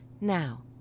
Now